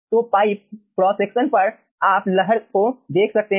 तो pipe cross section आप लहर को देख सकते हैं